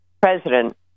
president